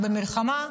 במלחמה,